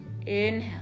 inhale